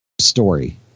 story